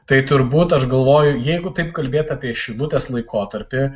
tai turbūt aš galvoju jeigu taip kalbėt apie šilutės laikotarpį